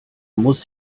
muss